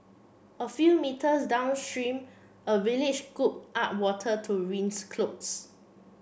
a few metres downstream a villager scooped up water to rinse clothes